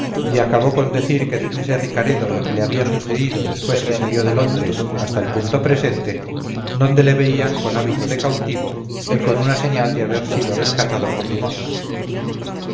y acabó con decir que dijese ricaredo lo que le había sucedido después que salió de londres hasta el punto presente donde le veían con hábito de cautivo y con una señal de haber sido rescatado por limosna